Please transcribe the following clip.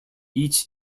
each